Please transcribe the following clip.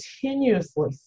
continuously